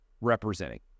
representing